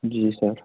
जी sir